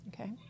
Okay